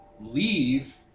leave